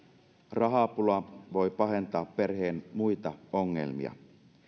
rahapula voi pahentaa perheen muita ongelmia